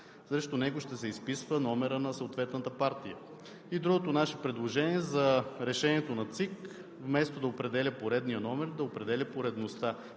срещу него ще се изписва номерът на съответната партия. Другото наше предложение е за решението на ЦИК – вместо да определя поредния номер, да определя поредността.